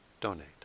donate